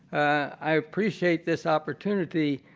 i appreciate this opportunity,